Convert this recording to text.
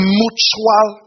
mutual